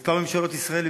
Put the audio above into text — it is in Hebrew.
בכמה מממשלות ישראל,